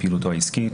העסקית,